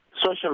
social